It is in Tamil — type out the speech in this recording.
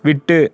விட்டு